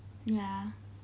ya